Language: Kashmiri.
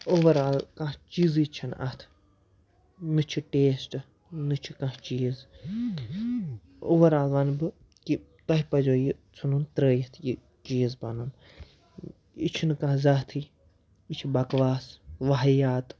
اوٚوَرآل کانٛہہ چیٖزٕے چھِنہٕ اَتھ نہ چھِ ٹیسٹہٕ نہ چھِ کانٛہہ چیٖز اوٚوَرآل وَنہٕ بہٕ کہِ تۄہہِ پَزیو یہِ ژھٕنُن ترٛٲیِتھ یہِ چیٖز پَنُن یہِ چھُنہٕ کانٛہہ ذاتھٕے یہِ چھِ بکواس واہِیات